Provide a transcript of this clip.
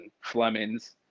Flemings